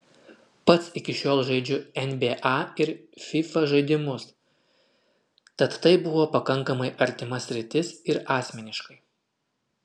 pats iki šiol žaidžiu nba ir fifa žaidimus tad tai buvo pakankamai artima sritis ir asmeniškai